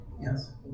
Yes